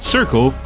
Circle